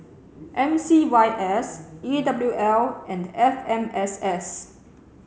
M C Y S E W L and F M S S